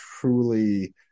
truly